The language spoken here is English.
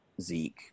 zeke